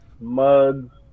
mugs